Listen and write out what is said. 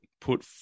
put